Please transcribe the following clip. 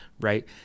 right